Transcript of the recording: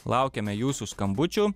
laukiame jūsų skambučių